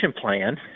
plan